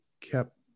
kept